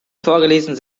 vorgelesenen